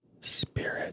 Spirit